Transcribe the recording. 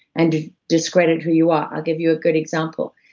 and to discredit who you are. i'll give you a good example,